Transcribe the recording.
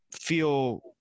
feel